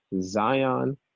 Zion